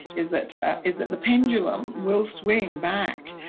is that is that the pendulum will swing back.